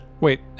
Wait